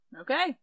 Okay